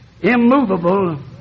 immovable